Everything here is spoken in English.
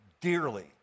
dearly